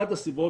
אחת הסיבות,